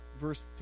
verse